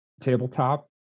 Tabletop